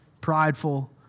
prideful